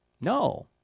No